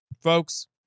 folks